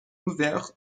ouverts